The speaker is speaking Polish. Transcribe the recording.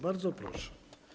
Bardzo proszę.